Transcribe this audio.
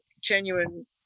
genuine